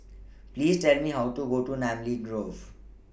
Please Tell Me How to Go to Namly Grove